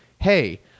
hey